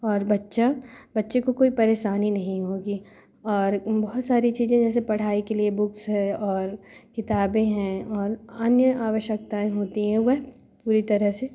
और बच्चा बच्चे को कोई परेशानी नहीं होगी और बहुत सारी चीज़ें जैसे पढ़ाई के लिए बुक्स हैं और किताबें हैं और अन्य आवश्यकताएँ होती हैं वह पूरी तरह से